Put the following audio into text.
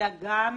אלא גם